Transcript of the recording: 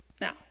Now